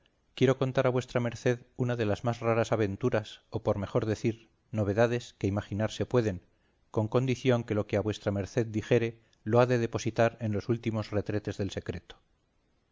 quiero contar a vuestra merced una de las más raras aventuras o por mejor decir novedades que imaginarse pueden con condición que lo que a vuestra merced dijere lo ha de depositar en los últimos retretes del secreto